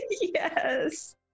Yes